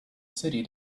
city